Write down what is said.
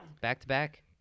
Back-to-back